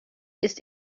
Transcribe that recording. ist